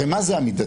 הרי מה זה המידתיות?